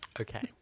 Okay